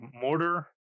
mortar